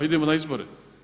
Idemo na izbore.